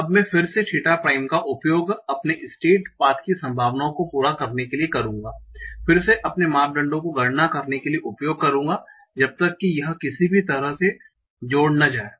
अब मैं फिर से थीटा प्राइम का उपयोग अपने स्टेट पाथ की संभावनाओं को पूरा करने के लिए करूंगा फिर से अपने मापदंडों को गणना करने के लिए उपयोग करूँगा जब तक कि यह किसी भी तरह से जोड़ न जाए